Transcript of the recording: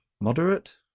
moderate